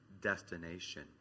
destination